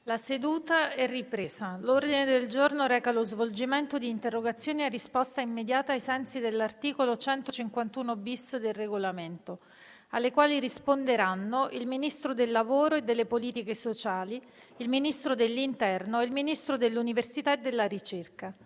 una nuova finestra"). L'ordine del giorno reca lo svolgimento di interrogazioni a risposta immediata (cosiddetto *question time*), ai sensi dell'articolo 151-*bis* del Regolamento, alle quali risponderanno il Ministro del lavoro e delle politiche sociali, il Ministro dell'interno e il Ministro dell'università e della ricerca.